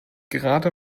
gerade